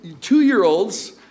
two-year-olds